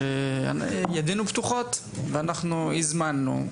שידינו פתוחות ושאנחנו הזמנו.